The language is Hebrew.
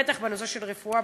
בטח בתחום הרפואה,